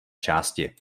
části